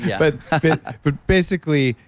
but yeah but basically,